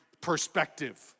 perspective